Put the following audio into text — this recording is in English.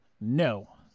no